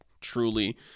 truly